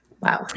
Wow